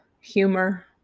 humor